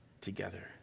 together